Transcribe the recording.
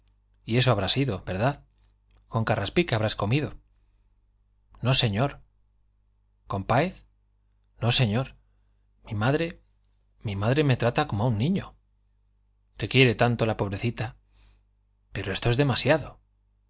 y eso habrá sido verdad con carraspique habrás comido no señor con páez no señor mi madre mi madre me trata como a un niño te quiere tanto la pobrecita pero esto es demasiado